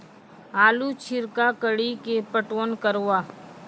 आलू छिरका कड़ी के पटवन करवा?